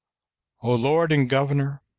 o lord and governor,